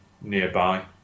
nearby